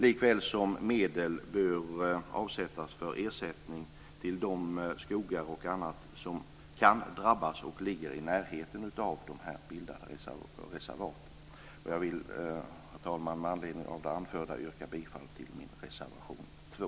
Likväl bör medel avsättas för ersättning till de skogar och annat som kan drabbas och ligger i närheten av de bildade reservaten. Herr talman! Jag vill med anledning av det anförda yrka bifall till reservation 2.